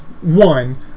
One